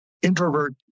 introvert